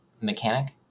mechanic